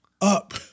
up